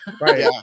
Right